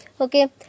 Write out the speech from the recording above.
Okay